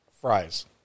fries